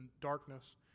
darkness